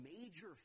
major